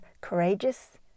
courageous